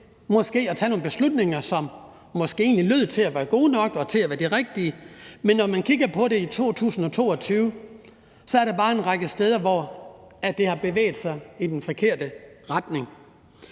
måske at tage nogle beslutninger, som måske egentlig lød til at være gode nok og til at være de rigtige, men når man kigger på det i 2022, er der bare en række steder, hvor det har bevæget sig i den forkerte retning.